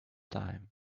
time